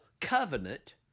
covenant